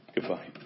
Goodbye